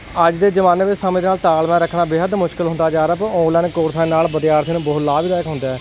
ਅੱਜ ਦੇ ਜਮਾਨੇ ਵਿੱਚ ਸਮੇਂ ਦੇ ਨਾਲ ਤਾਲਮੇਲ ਰੱਖਣਾ ਬੇਹਦ ਮੁਸ਼ਕਿਲ ਹੁੰਦਾ ਜਾ ਰਿਹਾ ਪਰ ਆਨਲਾਈਨ ਕੋਰਸਾਂ ਨਾਲ ਵਿਦਿਆਰਥੀਆਂ ਨੂੰ ਬਹੁਤ ਲਾਭਦਾਇਕ ਹੁੰਦਾ